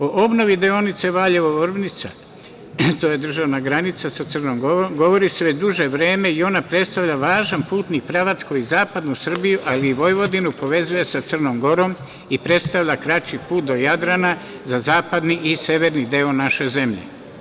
O obnovi deonice Valjevo – Vrdnica, to je državna granica sa Crnom Gorom, govori se duže vreme i ona predstavlja važan putni pravac koji Zapadnu Srbiju, ali i Vojvodinu povezuje sa Crnom Gorom i predstavlja kraći put do Jadrana za zapadni i severni deo naše zemlje.